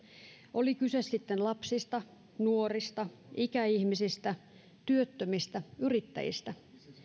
oli sitten kyse lapsista nuorista ikäihmisistä työttömistä tai yrittäjistä